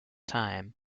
time